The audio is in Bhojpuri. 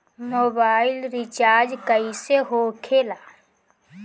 मोबाइल रिचार्ज कैसे होखे ला?